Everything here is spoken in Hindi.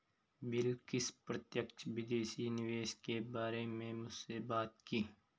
बिलकिश प्रत्यक्ष विदेशी निवेश के बारे में मुझसे बात की